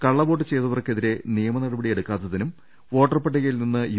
കള്ളവോട്ട് ചെയ്തവർക്കെതിരേ നിയമ നടപടി യെടുക്കാത്തതിനും വോട്ടർപട്ടികയിൽനിന്ന് യു